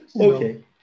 Okay